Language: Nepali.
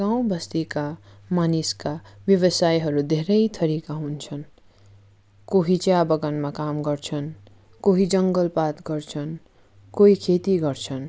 गाउँ बस्तीका मानिसका व्यवसायहरू धेरै थरिका हुन्छन् कोही चिया बगानमा काम गर्छन् कोही जङ्गलपात गर्छन् कोही खेती गर्छन्